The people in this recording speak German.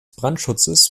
brandschutzes